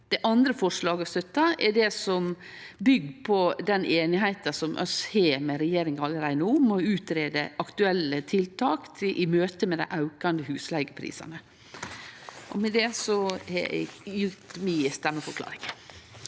Det andre forslaget vi støttar, er det som byggjer på den einigheita som vi har med regjeringa allereie no, om å greie ut aktuelle tiltak i møte med dei aukande husleigeprisane. Med det har eg gjeve mi stemmeforklaring.